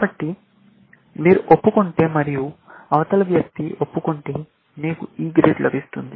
కాబట్టి మీరు ఒప్పుకుంటే మరియు అవతలి వ్యక్తి ఒప్పుకుంటే మీకు E గ్రేడ్ లభిస్తుంది